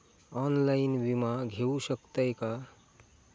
Online विमा घेऊ शकतय का?